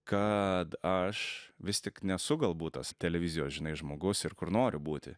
kad aš vis tik nesu galbūt tas televizijos žinai žmogus ir kur noriu būti